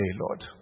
Lord